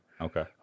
Okay